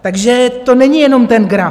Takže to není jenom ten graf.